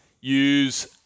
Use